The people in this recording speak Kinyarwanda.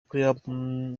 koreya